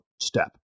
step